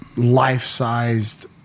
life-sized